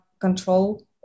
control